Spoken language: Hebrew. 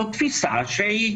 זאת תפיסה שהיא